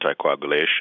anticoagulation